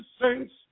saints